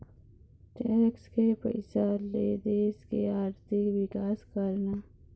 tax के पइसा ले देश के आरथिक बिकास करना